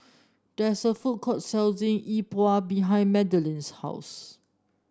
there is a food court selling Yi Bua behind Madelynn's house